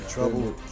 Trouble